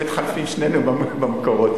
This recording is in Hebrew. היו מתחלפים שנינו במקורות.